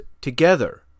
together